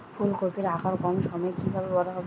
ফুলকপির আকার কম সময়ে কিভাবে বড় হবে?